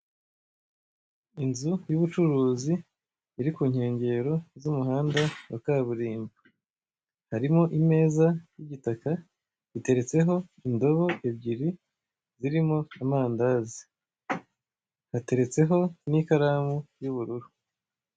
Inzu y'ubucuruzi iri ku nkengero z'umuhanda wa kaburimbo, harimo imeze y'igitaka, iteretseho indobo ebyiri zirimo amandazi, hateretseho n'ikaramu y'ubururu.